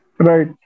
Right